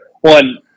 One